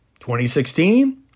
2016